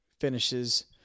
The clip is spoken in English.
finishes